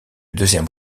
deuxième